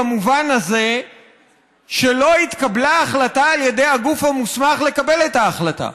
במובן הזה שלא התקבלה החלטה על ידי הגוף המוסמך לקבל את ההחלטה.